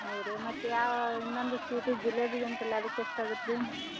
ಹೌದು ರೀ ಮತ್ತು ಯಾವ ಇನ್ನೊಂದು ಸ್ವೀಟಿಗೆ ಜಿಲೇಬಿ ಅಂತಲ್ಲ ಅದಕ್ಕೆ ಎಷ್ಟು ಆಗತ್ತೆ ರೀ